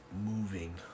moving